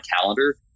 calendar